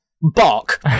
Bark